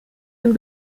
den